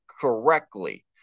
correctly